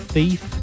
Thief